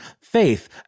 faith